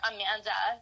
Amanda